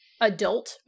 adult